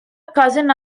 cousin